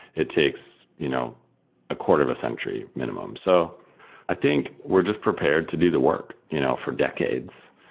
it takes you know a quarter of a century minimum. so i think we're just prepared to do the work you know for decades.